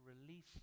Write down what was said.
release